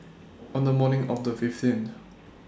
on The morning of The fifteenth